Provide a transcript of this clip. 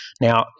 Now